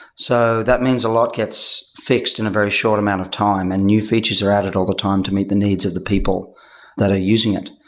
so that means a lot gets fixed in a very short amount of time and new features are added all the time to meet the needs of the people that are using it.